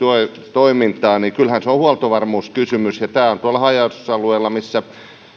toimintaa niin kyllähän se on on huoltovarmuuskysymys näin on tuolla haja asutusalueilla missä